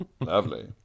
lovely